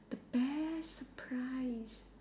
the best surprise